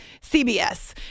CBS